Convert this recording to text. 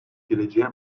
geleceğe